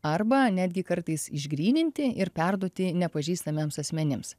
arba netgi kartais išgryninti ir perduoti nepažįstamiems asmenims